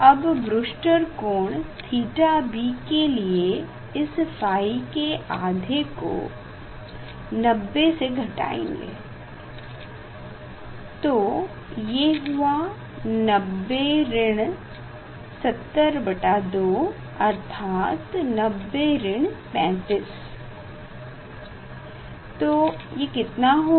अब ब्रूसटर कोण θB के लिए इस ϕ के आधे को 90 से घटायेंगे तो ये हुआ 90 702 अर्थात 90 ऋण 35 तो ये कितना हो गया